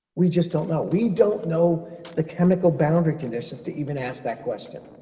we just don't know. we don't know the chemical-boundary conditions to even ask that question.